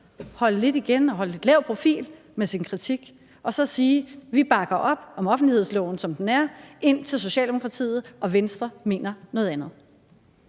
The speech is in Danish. holde lidt igen og holde lidt lav profil med sin kritik og så sige: Vi bakker op om offentlighedsloven, som den er, indtil Socialdemokratiet og Venstre mener noget andet?